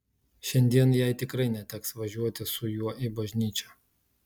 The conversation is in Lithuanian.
šiandien jai tikrai neteks važiuoti su juo į bažnyčią